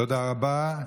תודה רבה.